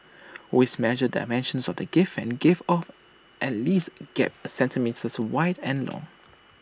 always measure dimensions of the gift and give off at least gap A centimetres wide and long